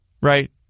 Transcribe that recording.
right